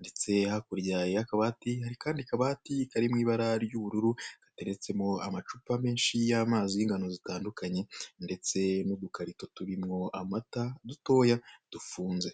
ndetse hakurya y'akabati hari akandi kabati kari mu ibara ry'ubururu gateretsemo amacupa menshi y'amazi y'ingano zitandukanye ndetse n'udukarito turimo amata dutoya dufunze.